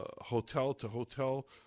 hotel-to-hotel